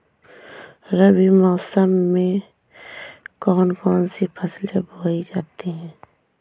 रबी मौसम में कौन कौन सी फसलें बोई जाती हैं?